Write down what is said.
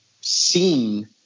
seen